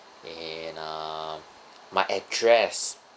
and uh my address